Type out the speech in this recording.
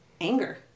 anger